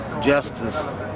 justice